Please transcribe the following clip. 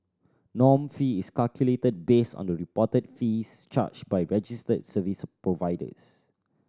norm fee is calculated based on the reported fees charged by registered service providers